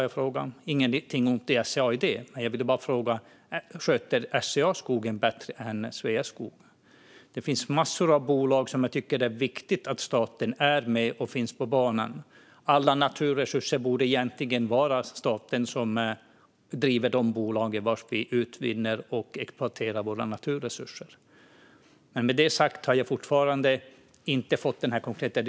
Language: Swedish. Jag har inget emot SCA i det; jag ville bara fråga om SCA sköter skogen bättre än Sveaskog. Det finns massor av bolag där jag tycker att det är viktigt att staten är med och finns på banan. Det borde egentligen vara staten som driver alla bolag som utvinner och exploaterar våra naturresurser. Med det sagt har jag fortfarande inte fått ett komplett svar.